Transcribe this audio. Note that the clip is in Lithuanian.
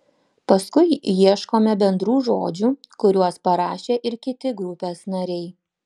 paskui ieškome bendrų žodžių kuriuos parašė ir kiti grupės nariai